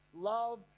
love